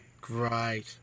Great